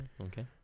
okay